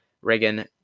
Reagan